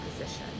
position